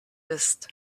ist